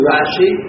Rashi